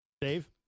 Dave